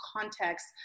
context